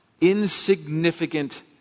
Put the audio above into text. insignificant